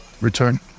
return